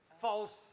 false